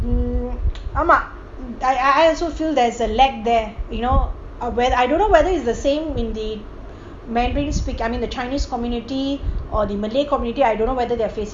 mm I also feel there's a lack there you know I don't know whether it's the same in the mandarin speak I mean the chinese community or the malay community I don't know whether they're facing the same thing